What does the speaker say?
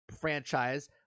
franchise